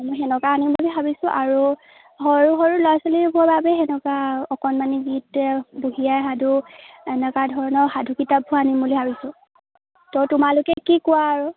মই সেনেকুৱা আনিম বুলি ভাবিছোঁ আৰু সৰু সৰু ল'ৰা ছোৱালীবোৰৰ বাবে সেনেকুৱা অকণমানি গীত বুঢ়ী আই সাধু এনেকুৱা ধৰণৰ সাধু কিতাপবোৰ আনিম বুলি ভাবিছোঁ তো তোমালোকে কি কোৱা আৰু